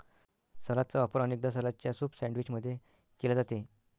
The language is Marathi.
सलादचा वापर अनेकदा सलादच्या सूप सैंडविच मध्ये केला जाते